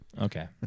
Okay